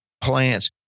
plants